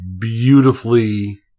beautifully